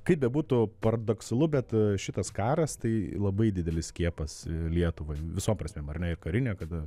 kaip bebūtų paradoksalu bet šitas karas tai labai didelis skiepas lietuvai visom prasmėm ar ne ir karine kada